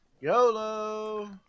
Yolo